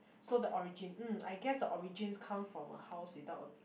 so the origin mm I guess the origins come from a house without a